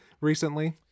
recently